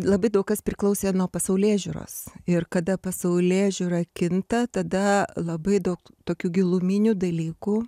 labai daug kas priklausė nuo pasaulėžiūros ir kada pasaulėžiūra kinta tada labai daug tokių giluminių dalykų